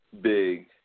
big